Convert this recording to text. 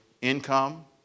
income